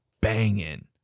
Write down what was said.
banging